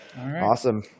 Awesome